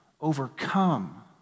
overcome